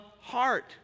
heart